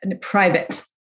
private